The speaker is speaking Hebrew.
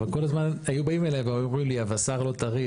אבל כל הזמן היו באים אליי ואומרים לי ה-וס"ר לא טרי,